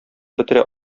бетерә